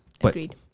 Agreed